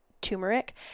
turmeric